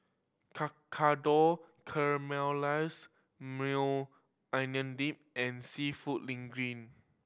Tekkadon Caramelized Maui Onion Dip and Seafood Linguine